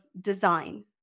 design